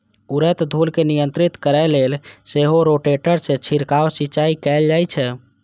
उड़ैत धूल कें नियंत्रित करै लेल सेहो रोटेटर सं छिड़काव सिंचाइ कैल जाइ छै